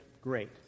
great